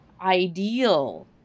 ideal